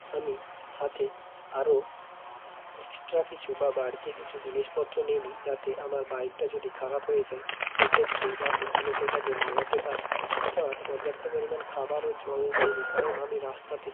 আমি সাথে আরও এক্সট্রা কিছু বা বাড়তি কিছু জিনিসপত্র নিয়ে নিই যাতে আমার বাইকটা যদি খারাপ হয়ে যায় সেই ক্ষেত্রে যাতে আমি সেটাকে বাগাতে পারি এছাড়া পর্যাপ্ত পরিমাণ খাবার ও জল নিয়ে নিই কারণ আমি রাস্তাতে